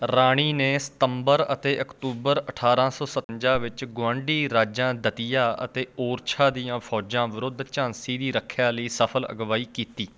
ਰਾਣੀ ਨੇ ਸਤੰਬਰ ਅਤੇ ਅਕਤੂਬਰ ਅਠਾਰਾਂ ਸੌ ਸਤਵੰਜਾ ਵਿੱਚ ਗੁਆਂਢੀ ਰਾਜਾਂ ਦਤੀਆ ਅਤੇ ਓਰਛਾ ਦੀਆਂ ਫ਼ੌਜਾਂ ਵਿਰੁੱਧ ਝਾਂਸੀ ਦੀ ਰੱਖਿਆ ਲਈ ਸਫ਼ਲ ਅਗਵਾਈ ਕੀਤੀ